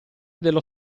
dello